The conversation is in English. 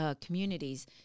communities